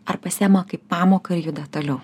ar pasiima kaip pamoką ir juda toliau